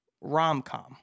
rom-com